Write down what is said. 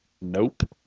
nope